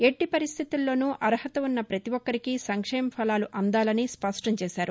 ఎట్టి పరిస్థితుల్లోనూ అర్హత ఉన్న పతి ఒక్కరికీ సంక్షేమ ఫలాలు అందాలని స్పష్టం చేశారు